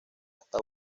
hasta